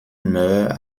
meurt